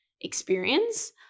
experience